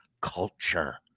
culture